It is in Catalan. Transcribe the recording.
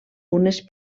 unes